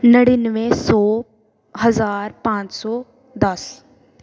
ਨੜਿਨਵੇਂ ਸੌ ਹਜ਼ਾਰ ਪੰਜ ਸੌ ਦਸ